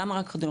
למה לא נכים?